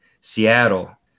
Seattle